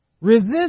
Resist